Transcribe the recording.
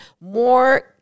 more